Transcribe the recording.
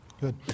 good